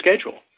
schedule